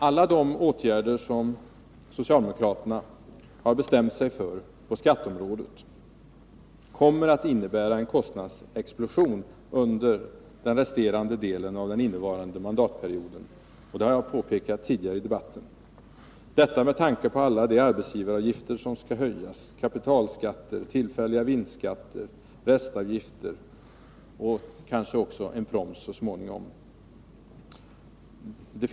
Alla de åtgärder som socialdemokraterna har bestämt sig för på skatteområdet kommer att innebära en kostnadsexplosion under den resterande delen av innevarande mandatperiod — det har jag påpekat tidigare i debatten — med tanke på alla höjda arbetsgivaravgifter, kapitalskatter, tillfälliga vinstskatter, restavgifter och kanske också en proms så småningom.